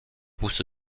pousse